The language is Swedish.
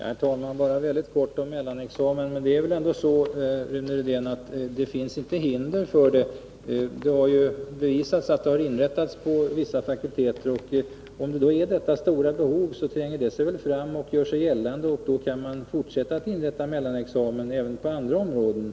Herr talman! Bara mycket kort om mellanexamen. Det finns inte, Rune Rydén, hinder för en sådan examen. Det har bevisats genom att mellanexamen har inrättats på vissa fakulteter. Om det stora behov finns som Rune Rydén talar om, kommer det väl att tränga sig fram och göra sig gällande — och då kan man fortsätta och inrätta mellanexamen även inom andra fakulteter.